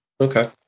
Okay